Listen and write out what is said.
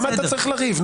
למה אתה צריך לריב?